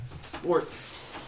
sports